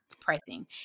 pressing